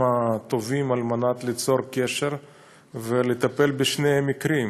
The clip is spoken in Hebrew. הטובים על מנת ליצור קשר ולטפל בשני המקרים.